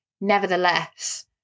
nevertheless